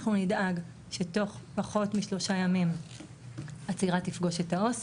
אנחנו נדאג שתוך פחות משלושה ימים הצעירה תפגוש את העו"ס.